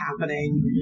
happening